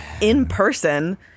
in-person